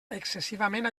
excessivament